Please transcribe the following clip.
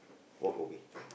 walk away